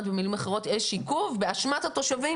את אומרת במילים אחרות 'יש עיכוב באשמת התושבים